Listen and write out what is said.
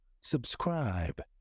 subscribe